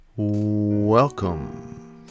Welcome